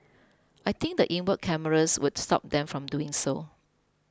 I think the inward cameras would stop them from doing so